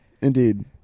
Indeed